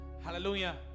hallelujah